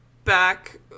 Back